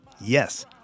yes